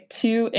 two